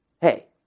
Hey